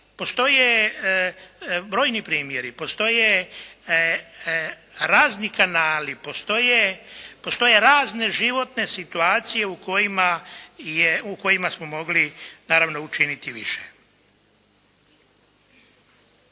postoje brojni primjeri. Postoje razni kanali, postoje razne životne situacije u kojima smo mogli naravno učiniti više.